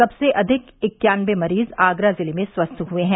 सबसे अधिक इक्यानबे मरीज आगरा जिले में स्वस्थ हुए हैं